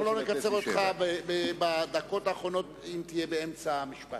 אנחנו לא נקצר את דבריך בדקות האחרונות אם תהיה באמצע המשפט.